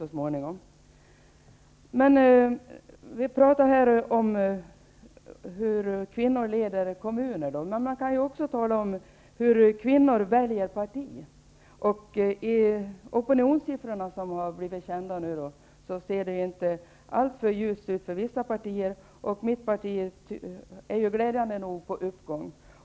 Vi talar här om hur kvinnor leder kommuner, men man kan också tala om hur kvinnor väljer parti. I de opinionssiffror som nu har blivit kända ser det inte alltför ljust ut för vissa partier. Mitt parti är glädjande nog på uppgång.